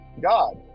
God